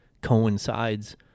coincides